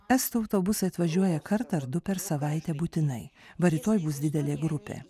estų autobusai atvažiuoja kartą ar du per savaitę būtinai va rytoj bus didelė grupė